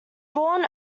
born